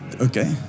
Okay